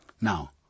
Now